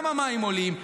גם המים עולים,